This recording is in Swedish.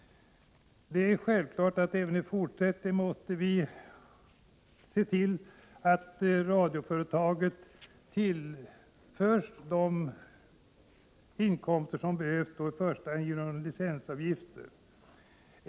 Det är självklart att vi även i fortsättningen måste se till att Sveriges Radio tillförs de inkomster som behövs i första hand genom licensavgifter.